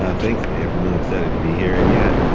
ah thanks dave, i'm really excited to be here. and yeah,